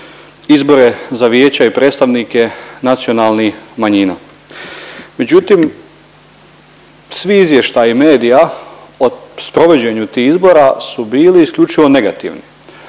izbore za Vijeće i predstavnike nacionalnih manjina, međutim svi izvještaji medija o provođenju tih izbora su bili isključivo negativni